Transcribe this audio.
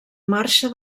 marxa